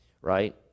right